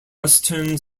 western